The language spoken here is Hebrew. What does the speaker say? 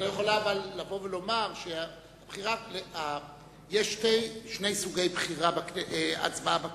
את לא יכולה לבוא ולומר, יש שני סוגי הצבעה בכנסת: